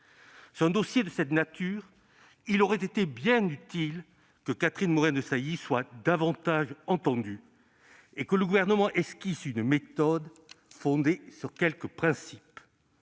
Sur un dossier de cette nature, il aurait été bien utile que Catherine Morin-Desailly soit davantage entendue et que le Gouvernement esquisse une méthode fondée sur quelques principes.